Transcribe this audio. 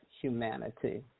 humanity